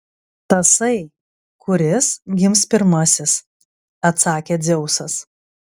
tasai kuris gims pirmasis atsakė dzeusas